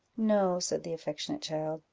no, said the affectionate child,